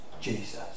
Jesus